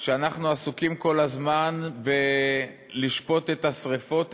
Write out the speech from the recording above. ואנחנו עסוקים כל הזמן בלשפוט את השרפות,